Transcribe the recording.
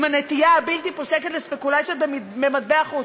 הנטייה הבלתי-פוסקת לספקולציה במטבע חוץ.